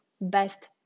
best